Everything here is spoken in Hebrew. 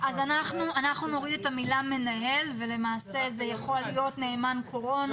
אנחנו נוריד את המילה מנהל ולמעה זה יכול להיות נאמן קורונה,